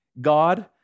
God